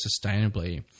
sustainably